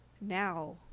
Now